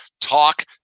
talk